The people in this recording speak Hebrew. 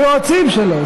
היועצים שלו?